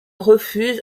refuse